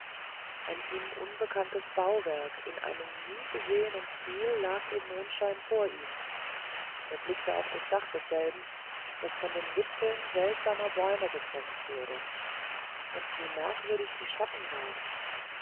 ein ihm unbekanntes bauwerk in einem nie gesehenen stil lag im mondschein vor ihm er blickte auf das dach desselben das von den wipfeln seltsamer bäume begrenzt wurde und wie merkwürdig die schatten waren